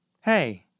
Hey